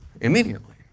immediately